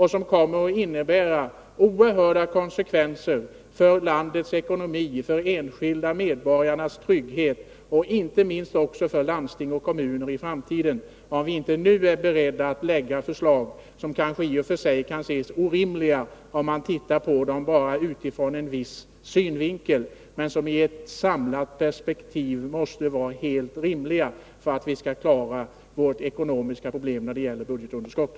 Det kommer att innebära oerhörda konsekvenser för landstingens ekonomi, för de enskilda medborgarnas trygghet och inte minst för landsting och kommuner i framtiden — om vi inte nu är beredda att lägga fram förslag som kan synas orimliga sedda enbart ur en viss synvinkel men som i ett samlat perspektiv måste vara helt rimliga, om vi skall klara våra ekonomiska problem och komma till rätta med budgetunderskottet.